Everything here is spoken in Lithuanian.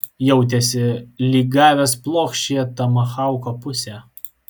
jautėsi lyg gavęs plokščiąja tomahauko puse